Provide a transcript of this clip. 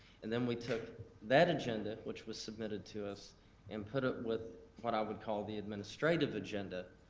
and then we took that agenda which was submitted to us and put it with what i would call the administrative agenda.